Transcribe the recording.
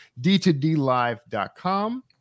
D2DLive.com